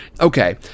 Okay